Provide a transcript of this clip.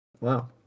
wow